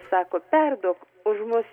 sako perduok už mus